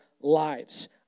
lives